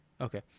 okay